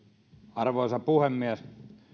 arvoisa puhemies